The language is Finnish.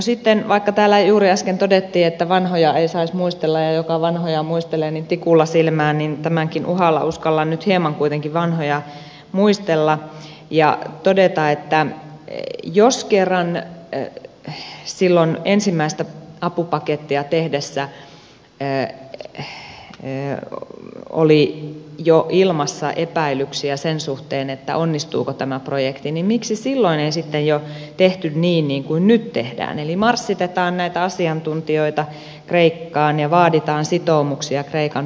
sitten vaikka täällä juuri äsken todettiin että vanhoja ei saisi muistella ja joka vanhoja muistelee niin tikulla silmään tämänkin uhalla uskallan nyt hieman kuitenkin vanhoja muistella ja todeta että jos kerran silloin ensimmäistä apupakettia tehdessä oli jo ilmassa epäilyksiä sen suhteen onnistuuko tämä projekti niin miksi ei silloin jo tehty niin kuin nyt tehdään eli marssitetaan näitä asiantuntijoita kreikkaan ja vaaditaan sitoumuksia kreikan poliitikoilta